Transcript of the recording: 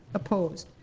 opposed?